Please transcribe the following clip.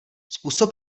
způsob